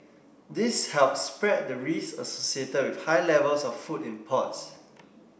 this helps spread the risk associated with high levels of food imports